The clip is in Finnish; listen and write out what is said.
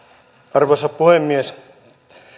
arvoisa puhemies